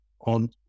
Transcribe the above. on